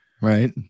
right